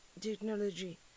technology